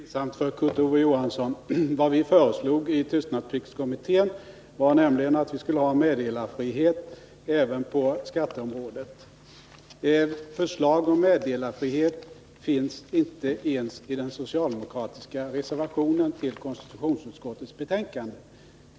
Fru talman! Nu skall jag göra det riktigt pinsamt för Kurt Ove Johansson. Vad vi föreslog i tystnadspliktskommittén var att vi skulle ha meddelarfrihet även på skatteområdet. Men ett sådant förslag finns inte alls i den socialdemokratiska reservationen till konstitutionsutskottets betänkande.